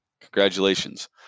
congratulations